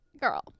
girl